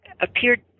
appeared